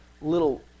little